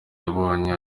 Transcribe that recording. yabonye